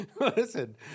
listen